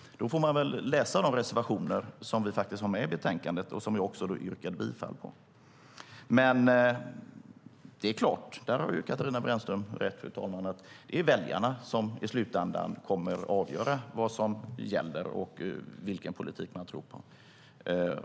Läs de reservationer som vi har med i betänkandet och som jag yrkade bifall till. Katarina Brännström har rätt i att det är väljarna som i slutändan kommer att avgöra vad som gäller och vilken politik de tror på.